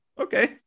okay